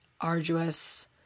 arduous